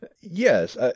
Yes